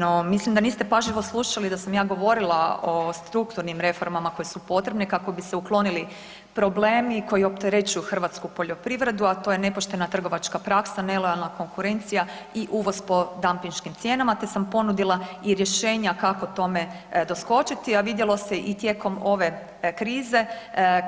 No mislim da niste pažljivo slušali da sam ja govorila o strukturnim reformama koje su potrebne kako bi se uklonili problemi koji opterećuju hrvatsku poljoprivredu, a to je nepoštena trgovačka praksa, nelojalna konkurencija i uvoz po dampinškim cijenama, te sam ponudila i rješenja kako tome doskočiti, a vidjelo se i tijekom ove krize